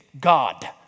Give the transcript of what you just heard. God